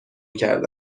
کرده